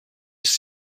ist